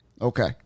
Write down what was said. Okay